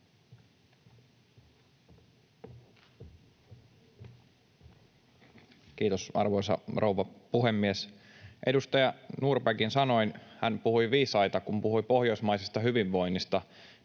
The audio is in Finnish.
Kiitos, arvoisa rouva puhemies! Edustaja Norrbackin sanoin: — hän puhui viisaita, kun puhui pohjoismaisesta hyvinvoinnista